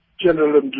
General